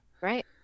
Right